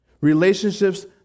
Relationships